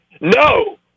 no